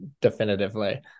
Definitively